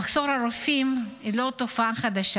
המחסור ברופאים הוא לא תופעה חדשה.